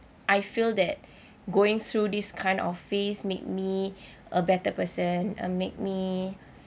I feel that going through this kind of phase made me a better person uh made me